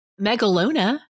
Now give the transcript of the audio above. Megalona